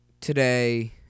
today